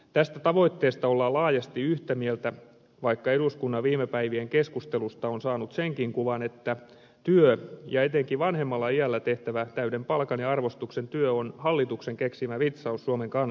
tästä tavoitteesta ollaan laajasti yhtä mieltä vaikka eduskunnan viime päivien keskustelusta on saanut senkin kuvan että työ ja etenkin vanhemmalla iällä tehtävä täyden palkan ja arvostuksen työ on hallituksen keksimä vitsaus suomen kansalle